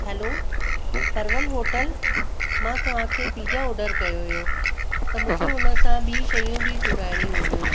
hello Parwal hotel मां तव्हांखे pizza order कयो हुओ त मूंखे हुन सां ॿी शयूं बि घुराइणी हुयूं